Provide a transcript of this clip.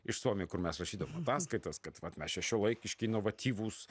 iš suomių kur mes rašydavom ataskaitas kad mes čia šiuolaikiški inovatyvūs